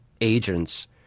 agents